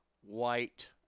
White